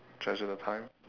treasure the time